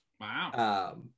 Wow